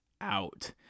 out